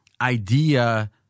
idea